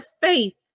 faith